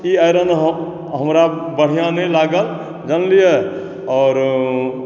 ई iron हम हमरा बढ़िऑं नहि लागल जानलियै आओर